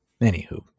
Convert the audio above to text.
anywho